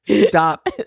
Stop